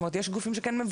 זאת אומרת שיש גופים שכן,